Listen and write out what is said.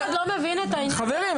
חברים,